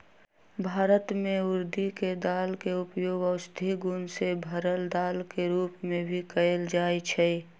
भारत में उर्दी के दाल के उपयोग औषधि गुण से भरल दाल के रूप में भी कएल जाई छई